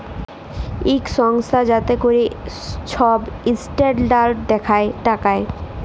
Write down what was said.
ইক সংস্থা যাতে ক্যরে ছব ইসট্যালডাড় দ্যাখে টাকার